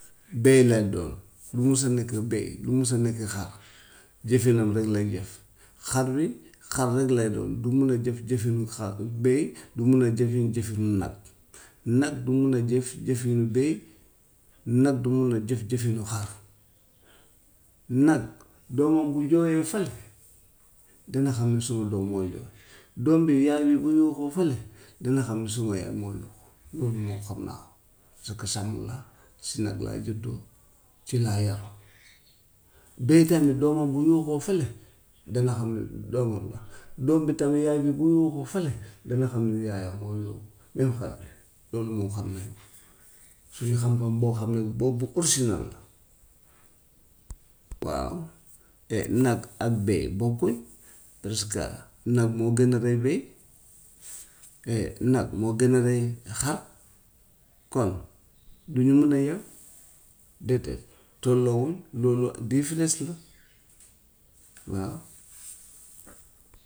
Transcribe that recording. Bëy lay doon, du mos a nekk bëy, du mos a nekk xar jëfinam rek lay def. Xar wi xar rek lay doon du mun a jëf jëfinu xa- bët du mën a jëfin jëfinu nag. Nag du mun a jëf jëfinu bëy, nag du mun a jëf jëfinu xar. Nag doomam bu jooyee fële dinga xam ne suma doom mooy jooy, doom bi yaay bi bu yuuxoo fële dinga xam ne suma yaay mooy yuuxu, loolu moom xam naa ko parce que sàmm laa si nag laa juddoo ci laa yaroo. Bëy tamit doomam bu yuuxoo fële dana xam ne doomam la, doom bi tamit yaay bi bu yuuxoo fële dana xam ne yaayaym mooy yuuxu walla xar bi, loolu moom xam nañu ko suñu xam-xam boo xam ne boobu aussi nag la, waaw te nag ak bëy bokkuñ, presque nag moo gën a rëy bëy te nag moo gën a rëy xar, kon du ñu mun a yem déedéet tolloowuñ loolu difference la waaw.